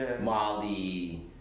Molly